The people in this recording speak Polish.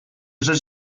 rzecz